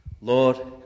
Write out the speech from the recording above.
Lord